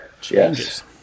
Changes